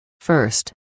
first